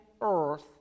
Earth